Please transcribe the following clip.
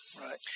Right